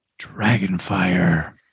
Dragonfire